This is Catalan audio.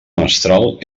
mestral